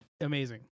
amazing